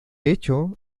hecho